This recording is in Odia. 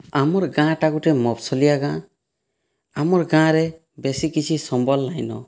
ଆମର୍ ଗାଁଟା ଗୁଟେ ମଫ୍ସଲିଆ ଗାଁ ଆମର୍ ଗାଁରେ ବେଶି କିଛି ସମ୍ବଳ୍ ନାଇଁନ